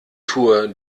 tour